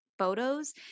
photos